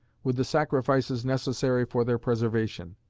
with the sacrifices necessary for their preservation.